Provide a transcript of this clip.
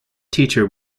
teacher